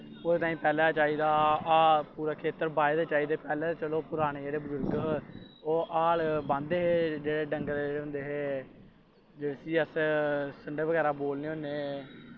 ओह्दे तांई पैह्लैं चाही दा खेत्तर बहाए दे चाही दा चलो पैह्लें दे बजुर्ग हे ओह् हल बहांदे हे जेह्ड़े डंगर होंदे हे जिस्सी अस संडे बगैरा बोलने होन्ने